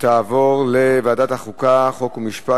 לוועדת החוקה, חוק ומשפט